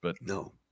No